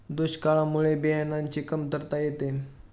दुष्काळामुळे बियाणांची कमतरता येते